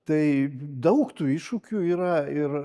tai daug tų iššūkių yra ir